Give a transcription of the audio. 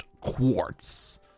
Quartz